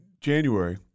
January